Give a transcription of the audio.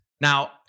Now